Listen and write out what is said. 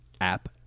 app